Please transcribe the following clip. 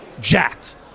jacked